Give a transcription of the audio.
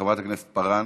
חברת הכנסת יעל כהן-פארן,